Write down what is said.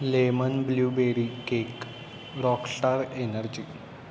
lemon blue berry cake rockstar energy